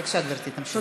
בבקשה, גברתי, תמשיכי.